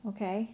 okay